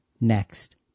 next